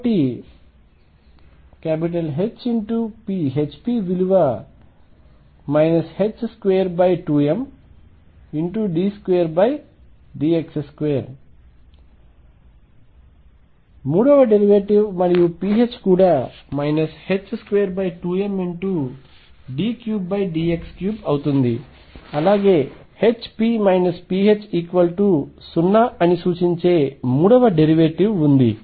కాబట్టి Hp విలువ 22md3dx3 మూడవ డెరివేటివ్ మరియు pH కూడా 22md3dx3 అవుతుంది అలాగే Hp pH0 అని సూచించే మూడవ డెరివేటివ్ ఉంది